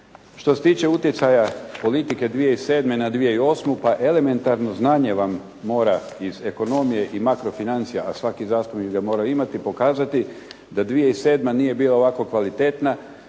Što se tiče utjecaja politike 2007. na 2008. pa elementarno znanje vam mora iz ekonomije i makrofinancija, a svaki zastupnik bi ga morao imati, pokazati da 2007. nije bila ovako kvalitetna,